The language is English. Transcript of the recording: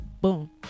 boom